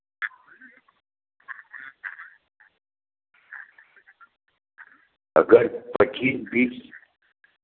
अगर पच्चीस बीस